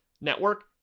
network